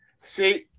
See